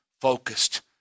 focused